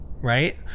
right